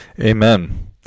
Amen